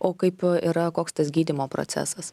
o kaip yra koks tas gydymo procesas